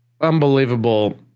Unbelievable